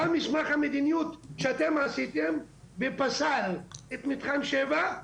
בא מסמך המדיניות שאתם עשיתם ופסל את מתחם שבע,